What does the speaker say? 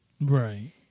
Right